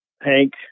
Hank